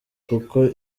kuko